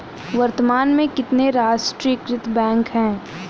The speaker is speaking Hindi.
वर्तमान में कितने राष्ट्रीयकृत बैंक है?